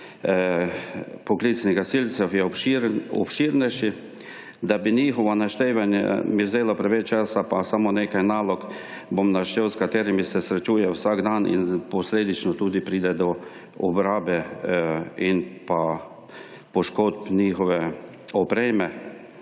poklicnih gasilcev je obširnejši, da bi njihove naštevanje mi vzelo preveč časa pa samo nekaj nalog bom naštel s katerimi se srečuje vsak dan in posledično tudi pride do obrabe in poškodb njihove opreme